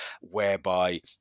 whereby